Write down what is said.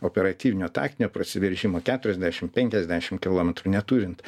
operatyvinio taktinio prasiveržimo keturiasdešim penkiasdešim kilometrų neturint